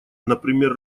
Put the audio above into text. например